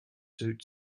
suit